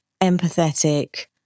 empathetic